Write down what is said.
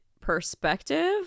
perspective